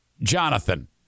Jonathan